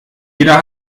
jeder